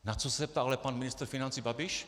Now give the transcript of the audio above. Na co se ale ptal pan ministr financí Babiš?